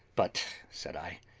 but, said i,